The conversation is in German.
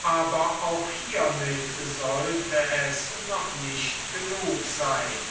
aber auch hiermit sollte es noch nicht genug sein